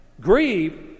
grieve